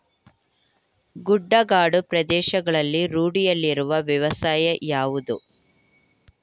ಗುಡ್ಡಗಾಡು ಪ್ರದೇಶಗಳಲ್ಲಿ ರೂಢಿಯಲ್ಲಿರುವ ವ್ಯವಸಾಯ ಯಾವುದು?